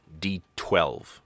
D12